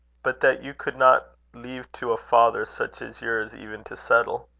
but that you could not leave to a father such as yours even to settle.